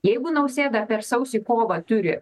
jeigu nausėda per sausį kovą turi